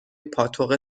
پاتوق